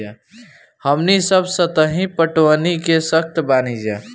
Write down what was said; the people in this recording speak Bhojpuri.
हमनी सब सतही पटवनी क सकतऽ बानी जा